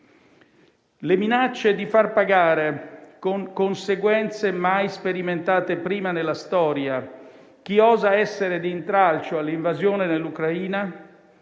Le minacce di far pagare, con conseguenze mai sperimentate prima nella storia, chi osa essere di intralcio all'invasione dell'Ucraina